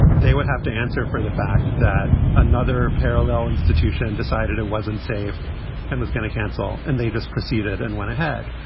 they would have to answer for the fact that another parallel institution decided it wasn't safe and was going to cancel and they just proceeded and went ahead.